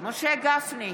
משה גפני,